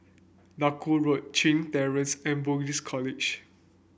Duku Road Chin Terrace and Buddhist College